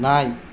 ನಾಯಿ